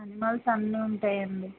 animals అన్నీ ఉంటాయండి